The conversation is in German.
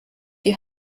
die